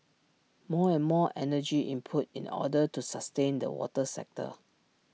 more and more energy input in order to sustain the water sector